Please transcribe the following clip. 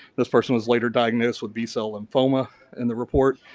this person was later diagnosed with b-cell lymphoma in the report.